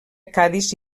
cadis